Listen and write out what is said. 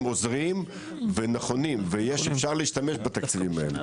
עוזרים ונכונים ואפשר להשתמש בתקציבים האלה,